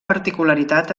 particularitat